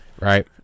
right